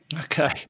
okay